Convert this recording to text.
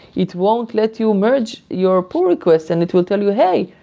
it won't let you merge your pull request and it will tell you, hey!